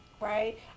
right